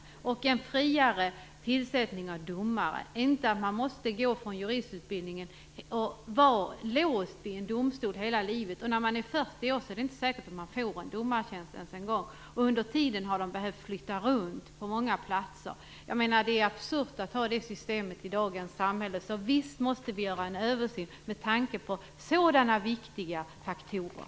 Det skulle också vara bättre med en friare tillsättning av domare, så att man inte måste gå från juristutbildningen och vara låst vid en domstol hela livet. När man är 40 år är det inte ens säkert att man får en domartjänst. Under tiden har man behövt flytta runt till många platser. Det är absurt att ha det systemet i dagens samhälle. Så visst måste vi göra en översyn med tanke på sådana viktiga faktorer.